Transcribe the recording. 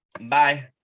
Bye